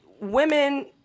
women